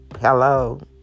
Hello